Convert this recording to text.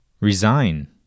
Resign